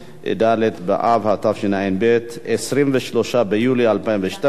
ד' באב התשע"ב, 23 ביולי 2012,